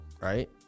right